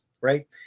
Right